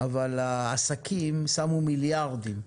אבל העסקים שמו מיליארדים.